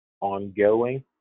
ongoing